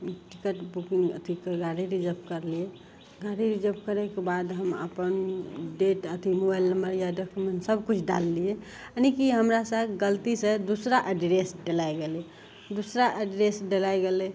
ticket booking अथी गाड़ी reserve करलियै गाड़ी रिजर्व करयके बाद हम अपन डेट अथी मोबाइल नम्बर या डॉक्युमेन्ट सभ किछु डाललियै यानि कि हमरासँ गलतीसँ दूसरा अड्रेस डलाइ गेलै दुसरा अड्रेस डलाइ गेलै